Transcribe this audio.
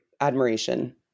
admiration